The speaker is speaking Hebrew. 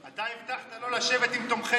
אתה הבטחת לא לשבת עם תומכי טרור.